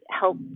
help